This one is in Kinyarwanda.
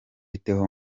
theo